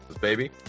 baby